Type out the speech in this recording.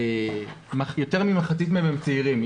יותר ממחצית מהם הם צעירים.